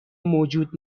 موجود